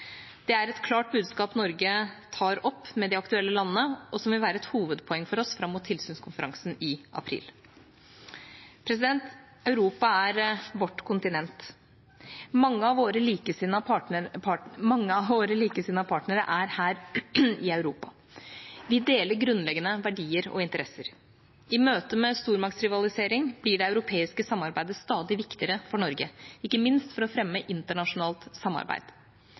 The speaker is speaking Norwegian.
Det er et klart budskap Norge tar opp med de aktuelle landene, og som vil være et hovedpoeng for oss fram mot tilsynskonferansen i april. Europa er vårt kontinent. Mange av våre likesinnede partnere er her i Europa. Vi deler grunnleggende verdier og interesser. I møte med stormaktsrivalisering blir det europeiske samarbeidet stadig viktigere for Norge, ikke minst for å fremme internasjonalt samarbeid.